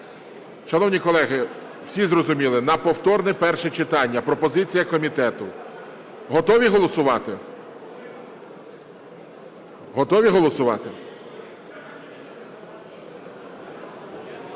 Шановні колеги, всі зрозуміли? На повторне перше читання – пропозиція комітету. Готові голосувати?